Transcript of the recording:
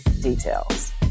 details